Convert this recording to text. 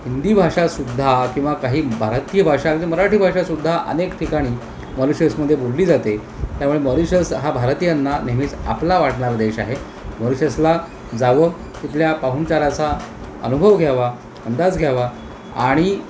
हिंदी भाषासुद्धा किंवा काही भारतीय भाषा म्हणजे मराठी भाषासुद्धा अनेक ठिकाणी मॉरीशसमध्ये बोलली जाते त्यामुळे मॉरीशस हा भारतीयांना नेहमीच आपला वाटणारा देश आहे मॉरीशसला जावं तिथल्या पाहुणचाराचा अनुभव घ्यावा अंदाज घ्यावा आणि